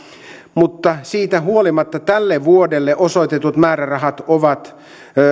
mutta siitä huolimatta tälle vuodelle osoitetut määrärahat ovat